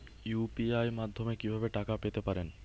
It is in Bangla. ইউ.পি.আই মাধ্যমে কি ভাবে টাকা পেতে পারেন?